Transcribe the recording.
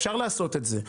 אפשר לעשות את זה,